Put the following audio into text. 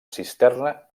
cisterna